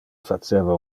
faceva